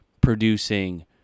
producing